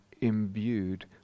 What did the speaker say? imbued